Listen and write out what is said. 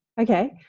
okay